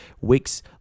weeks